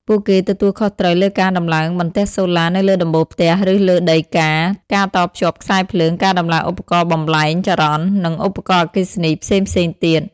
ពួកគេទទួលខុសត្រូវលើការដំឡើងបន្ទះសូឡានៅលើដំបូលផ្ទះ ឬលើដីការ ការតភ្ជាប់ខ្សែភ្លើង ការដំឡើងឧបករណ៍បំប្លែងចរន្ត និងឧបករណ៍អគ្គិសនីផ្សេងៗទៀត។